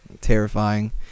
terrifying